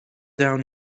down